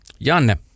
Janne